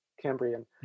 Cambrian